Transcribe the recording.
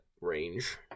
range